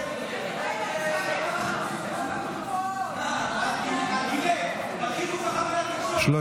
ההצעה להעביר לוועדה את הצעת חוק המאבק בארגוני פשיעה (תיקון,